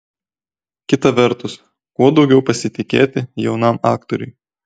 kita vertus kuo daugiau pasitikėti jaunam aktoriui